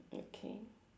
okay